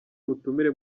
ubutumire